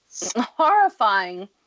horrifying